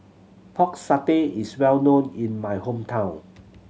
Pork Satay is well known in my hometown